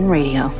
Radio